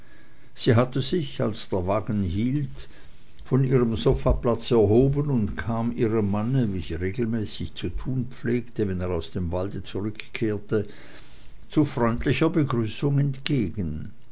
sie hatte sich als der wagen hielt von ihrem sofaplatz erhoben und kam ihrem manne wie sie regelmäßig zu tun pflegte wenn er aus dem walde zurückkam zu freundlicher begrüßung entgegen